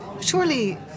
surely